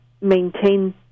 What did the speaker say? maintain